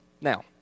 Now